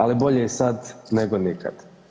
Ali bolje je sad, nego nikad.